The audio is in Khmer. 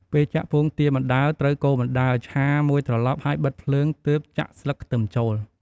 ពេលចាក់ពងទាបណ្ដើរ ត្រូវកូរបណ្ដើរ ឆាមួយត្រឡប់ហើយបិទភ្លើងទើបចាក់ស្លឹកខ្ទឹមចូល។